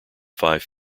five